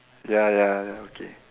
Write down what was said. ya ya ya okay